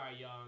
young